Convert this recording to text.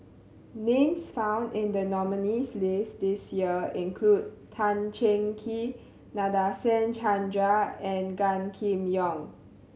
names found in the nominees' list this year include Tan Cheng Kee Nadasen Chandra and Gan Kim Yong